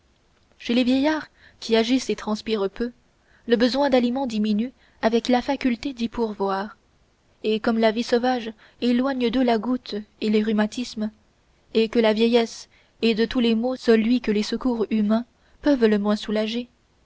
chez les vieillards qui agissent et transpirent peu le besoin d'aliments diminue avec la faculté d'y pourvoir et comme la vie sauvage éloigne d'eux la goutte et les rhumatismes et que la vieillesse est de tous les maux celui que les secours humains peuvent le moins soulager